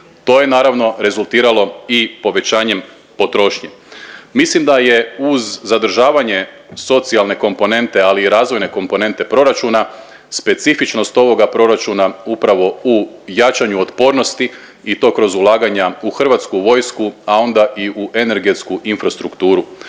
To je naravno rezultiralo i povećanjem potrošnje. Mislim da je uz zadržavanje socijalne komponente, ali i razvojne komponente proračuna specifičnost ovoga proračuna upravo u jačanju otpornosti i to kroz ulaganja u hrvatsku vojsku, a onda i u energetsku infrastrukturu.